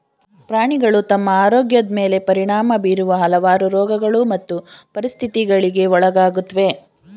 ಪ್ರಾಣಿಗಳು ತಮ್ಮ ಆರೋಗ್ಯದ್ ಮೇಲೆ ಪರಿಣಾಮ ಬೀರುವ ಹಲವಾರು ರೋಗಗಳು ಮತ್ತು ಪರಿಸ್ಥಿತಿಗಳಿಗೆ ಒಳಗಾಗುತ್ವೆ